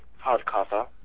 hardcover